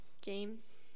games